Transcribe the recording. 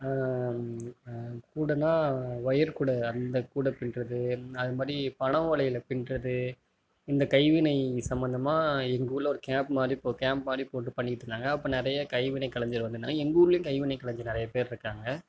கூடன்னா ஒயர்க்கூடை அந்தக்கூடை பின்னுறது அதுமாதிரி பனைஓலைல பின்னுறது இந்த கைவினை சம்மந்தமாக எங்கூரில் ஒரு கேப் மாதிரி கேம்ப் மாதிரி போட்டு பண்ணிட்யிருந்தாங்க அப்போ நிறைய கைவினை கலைஞர் வந்துயிருந்தாங்க எங்கூர்லையும் கைவினை கலைஞர் நிறைய பேர் இருக்காங்க